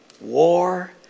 war